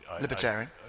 Libertarian